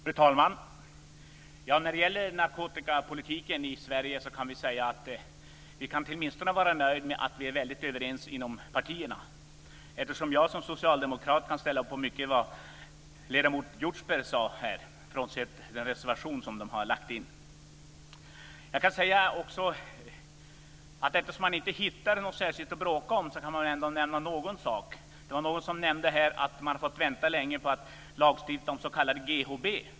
Fru talman! När det gäller narkotikapolitiken i Sverige kan vi åtminstone vara nöjda med att partierna är väldigt överens. Jag som socialdemokrat kan ställa upp på mycket av det som ledamot Hjortzberg sade här frånsett den reservation som finns i betänkandet. Eftersom det är svårt att hitta något särskilt att bråka om kan jag väl ändå nämna någon sak. Det var någon som sade att man hade fått vänta länge på lagstiftningen om s.k. GHB.